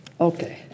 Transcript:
Okay